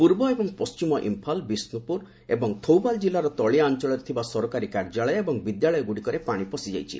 ପୂର୍ବ ଏବଂ ପଶ୍ଚିମ ଇମ୍ପାଲ ବିଷ୍ଣପୁର ଏବଂ ଥୌବାଲ ଜିଲ୍ଲାର ତଳିଆ ଅଞ୍ଚଳରେ ଥିବା ସରକାରୀ କାର୍ଯ୍ୟାଳୟ ଏବଂ ବିଦ୍ୟାଳୟଗୁଡ଼ିକରେ ପାଣି ପଶିଯାଇଛି